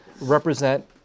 represent